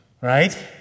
Right